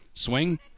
Swing